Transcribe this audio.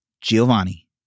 Giovanni